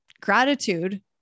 gratitude